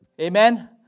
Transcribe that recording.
Amen